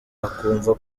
akumva